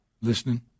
Listening